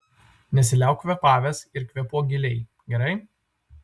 nesiliauk kvėpavęs ir kvėpuok giliai gerai